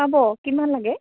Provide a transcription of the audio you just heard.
পাব কিমান লাগে